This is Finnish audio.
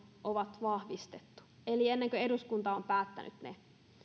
on vahvistettu eli ennen kuin eduskunta on päättänyt ne